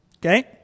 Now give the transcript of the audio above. Okay